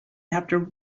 after